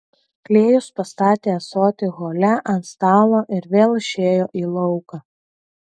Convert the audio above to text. klėjus pastatė ąsotį hole ant stalo ir vėl išėjo į lauką